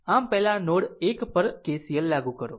આમ પહેલા નોડ 1 પર KCL લાગુ કરો